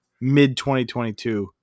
mid-2022